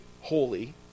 holy